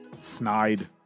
snide